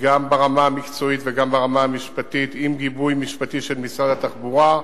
גם ברמה המקצועית וגם ברמה המשפטית עם גיבוי משפטי של משרד התחבורה.